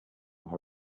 her